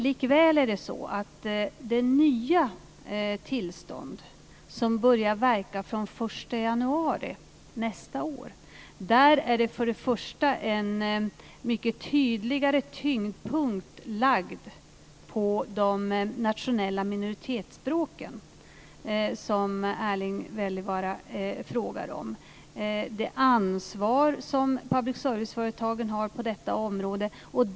Likväl är det i de nya tillstånden, som börjar verka den 1 januari nästa år, en mycket tydligare tyngdpunkt på de nationella minoritetsspråken, som Erling Wälivaara frågar om, och på det ansvar som public service-företagen har på detta område.